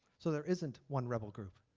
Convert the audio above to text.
so there isn't one rebel group.